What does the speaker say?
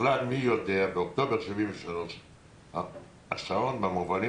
בכלל מי ידע באוקטובר 73 שהשעון במובנים